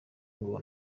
ngo